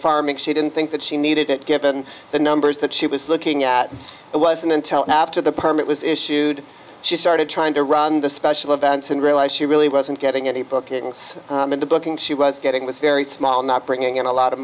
farming she didn't think that she needed it given the numbers that she was looking at it wasn't until after the permit was issued she started trying to run the special events and realized she really wasn't getting any bookings in the booking she was getting was very small not bringing in a lot of